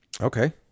Okay